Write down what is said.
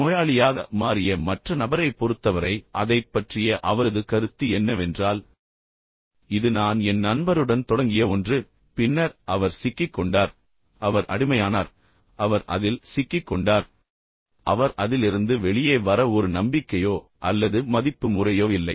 நோயாளியாக மாறிய மற்ற நபரைப் பொறுத்தவரை அதைப் பற்றிய அவரது கருத்து என்னவென்றால் இது நான் என் நண்பருடன் தொடங்கிய ஒன்று பின்னர் அவர் சிக்கிக் கொண்டார் அவர் அடிமையானார் அவர் அதில் சிக்கிக் கொண்டார் பின்னர் அவர் அதிலிருந்து வெளியே வர ஒரு நம்பிக்கையோ அல்லது மதிப்பு முறையோ இல்லை